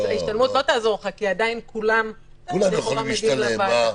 השתלמות לא תעזור כי עדיין כולם מגיעים לוועדה.